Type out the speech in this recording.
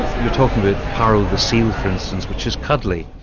you're talking about paro the seal, for instance which is cuddly,